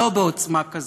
לא בעוצמה כזאת.